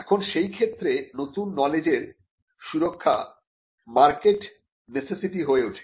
এখন সেই ক্ষেত্রে নতুন নলেজের সুরক্ষা মার্কেট নেসেসিটি হয়ে ওঠে